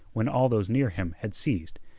when all those near him had ceased.